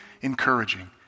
encouraging